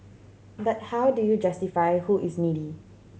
but how do you justify who is needy